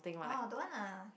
orh don't want lah